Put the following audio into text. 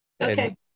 okay